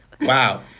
Wow